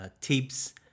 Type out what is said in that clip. tips